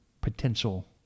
potential